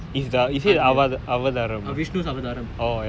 Ram Ramar Ramar's raamar raamars devotees